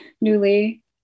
newly